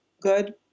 good